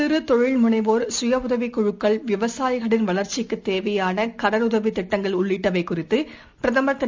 சிற்தொழில் முனைவோர் கய உதவிக் குழுக்கள் விவசாயிகளின் வளர்ச்சிக்குத் தேவையானகடனுதவித் திட்டங்களஉள்ளிட்டவைகுறித்துபிரதமர் திரு